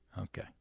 Okay